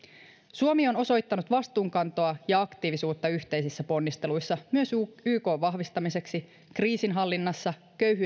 suomi on osoittanut vastuunkantoa ja aktiivisuutta yhteisissä ponnisteluissa myös ykn vahvistamiseksi kriisinhallinnassa köyhyyden